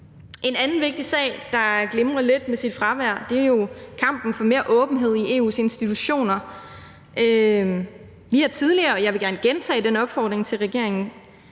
En anden vigtig sag, der glimrede lidt ved sit fravær, er jo kampen for mere åbenhed i EU's institutioner. Vi har jo tidligere – og jeg vil gerne gentage den opfordring over for regeringen